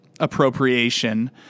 appropriation